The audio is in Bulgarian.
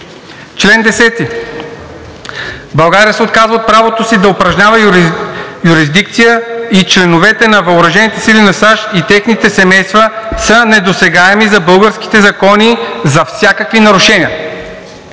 „Чл. 10. България се отказва от правото си да упражнява юрисдикция и членовете на въоръжените сили на САЩ и техните семейства са недосегаеми за българските закони за всякакви нарушения.“